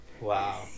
Wow